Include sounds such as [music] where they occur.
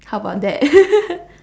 how about that [laughs]